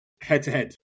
head-to-head